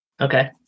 Okay